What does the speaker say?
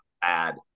bad